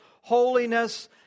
holiness